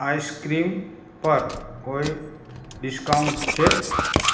ice cream પર કોઈ discount છે